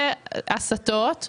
זה הסטות.